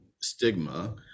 stigma